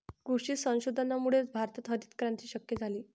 कृषी संशोधनामुळेच भारतात हरितक्रांती शक्य झाली